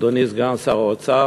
אדוני סגן שר האוצר,